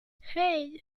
hey